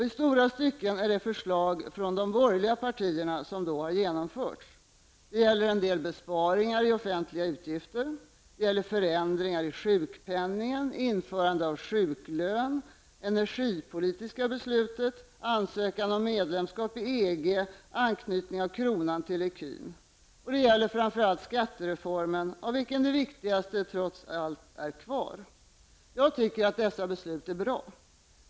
I stora stycken är det förslag från de borgerliga partierna som då har genomförts. Det gäller en del besparingar i de offentliga utgifterna. Det gäller förändringar i sjukpenningen, införande av sjuklön, energipolitiken, ansökan om medlemskap i EG och anknytningen av kronan till ecun. Och det gäller skattereformen av vilken det viktigaste trots allt är kvar. Jag tycker att dessa beslut är bra.